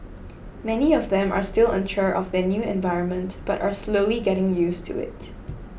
many of them are still unsure of their new environment but are slowly getting used to it